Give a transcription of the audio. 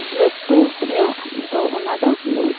ᱞᱟᱹᱴᱩᱧᱚᱜ ᱛᱳ ᱚᱱᱟᱫᱚ